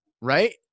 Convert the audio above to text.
Right